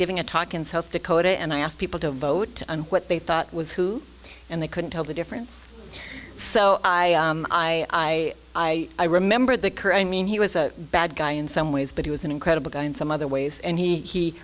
giving a talk in south dakota and i asked people to vote and what they thought was who and they couldn't tell the difference so i i i i i remember the current mean he was a bad guy in some ways but he was an incredible guy in some other ways and he he